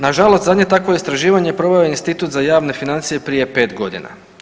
Na žalost zadnje takvo istraživanje proveo je Institut za javne financije prije 5 godina.